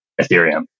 Ethereum